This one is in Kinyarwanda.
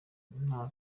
nta